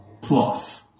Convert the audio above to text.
plus